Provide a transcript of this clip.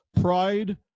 pride